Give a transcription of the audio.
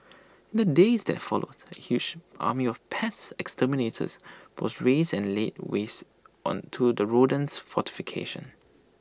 in the days that followed A huge army of pest exterminators was raised and laid waste on to the rodent fortification